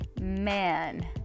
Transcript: Man